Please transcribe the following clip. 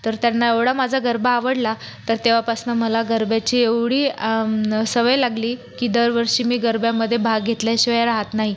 तर त्यांना एवढा माझा गरबा आवडला तर तेव्हापासनं मला गरब्याची एवढी सवय लागली की दरवर्षी मी गरब्यामध्ये भाग घेतल्याशिवाय रहात नाही